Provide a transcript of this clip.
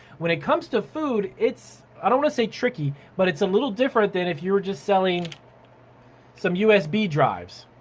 when it comes to food it's i don't want to say tricky but it's a little different than if you were just selling some usb drives,